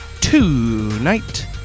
Tonight